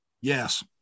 yes